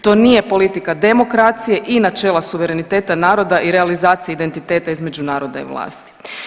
To nije politika demokracije i načela suvereniteta naroda i realizacije identiteta između naroda i vlasti.